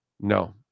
No